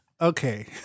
Okay